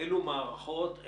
אין מילים אחרות לתאר אותו.